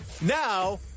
Now